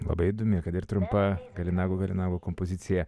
labai įdomi kad ir trumpa galinagu galinagu kompozicija